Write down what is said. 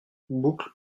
boucle